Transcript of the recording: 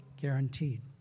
guaranteed